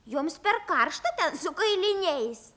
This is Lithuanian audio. joms per karšta ten su kailiniais